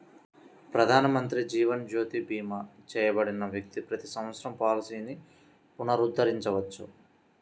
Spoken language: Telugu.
ప్రధానమంత్రి జీవన్ జ్యోతి భీమా చేయబడిన వ్యక్తి ప్రతి సంవత్సరం పాలసీని పునరుద్ధరించవచ్చు